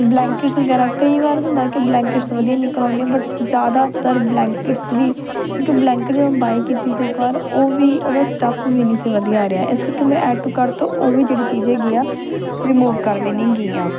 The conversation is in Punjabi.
ਬਲੈਂਕਿਟਸ ਵਗੈਰਾ ਕਈ ਵਾਰ ਹੁੰਦਾ ਕਿ ਬਲੈਂਕਿਟਸ ਵਧੀਆ ਨਿਕਲ ਆਉਂਦੇ ਆ ਬਟ ਜ਼ਿਆਦਾਤਰ ਬਲੈਂਕਿਟਸ ਵੀ ਕਿਉਂਕਿ ਬਲੈਂਕਿਟਸ ਜਦੋਂ ਬਾਏ ਕੀਤੀ ਸੀ ਇੱਕ ਵਾਰ ਉਹ ਵੀ ਉਹਦਾ ਸਟੱਫ ਵੀ ਨਹੀਂ ਸੀ ਵਧੀਆ ਆ ਰਿਹਾ ਇਸ ਕਰਕੇ ਮੈਂ ਐਡ ਟੂ ਕਾਰਟ ਤੋਂ ਉਹ ਵੀ ਜਿਹੜੀ ਚੀਜ਼ ਹੈਗੀ ਆ ਰਿਮੂਵ ਕਰ ਦੇਣੀ ਹੈਗੀ ਆ